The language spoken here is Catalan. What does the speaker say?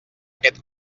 aquest